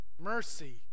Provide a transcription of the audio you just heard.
Mercy